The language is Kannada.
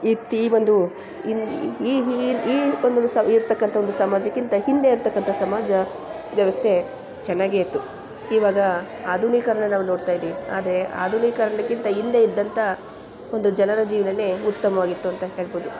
ಈ ತೀ ಬಂದು ಇನ್ನ ಈ ಈ ಈ ಒಂದು ಸಮಯಕ್ಕೆ ತಕ್ಕಂಥ ಒಂದು ಸಮಾಜಕ್ಕಿಂತ ಹಿಂದೆ ಇರ್ತಕ್ಕಂಥ ಸಮಾಜ ವ್ಯವಸ್ಥೆ ಚೆನ್ನಾಗೇ ಇತ್ತು ಇವಾಗ ಆಧುನೀಕರಣ ನಾವು ನೋಡ್ತಾ ಇದ್ದೀವಿ ಆದರೆ ಆಧುನೀಕರಣಕ್ಕಿಂತ ಹಿಂದೆ ಇದ್ದಂಥ ಒಂದು ಜನರ ಜೀವನ ಉತ್ತಮವಾಗಿತ್ತು ಅಂತ ಹೇಳ್ಬೋದು